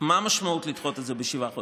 מה המשמעות של לדחות את זה בשבעה חודשים,